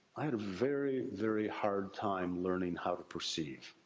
i had a very, very hard time learning how to perceive.